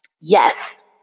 Yes